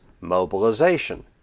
mobilization